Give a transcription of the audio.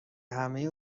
همه